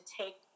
take